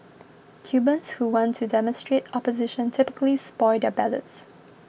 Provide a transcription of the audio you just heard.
Cubans who want to demonstrate opposition typically spoil their ballots